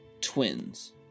Twins